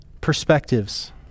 perspectives